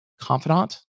confidant